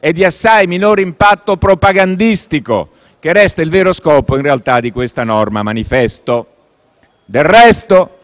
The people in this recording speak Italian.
e di assai minor impatto propagandistico, che in realtà resta il vero scopo di questa norma manifesto. Del resto,